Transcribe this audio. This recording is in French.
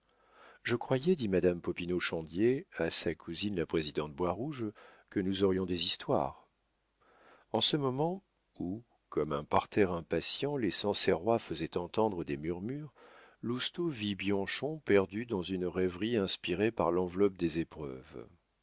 je croyais dit madame popinot chandier à sa cousine la présidente boirouge que nous aurions des histoires en ce moment où comme un parterre impatient les sancerrois faisaient entendre des murmures lousteau vit bianchon perdu dans une rêverie inspirée par l'enveloppe des épreuves